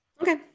Okay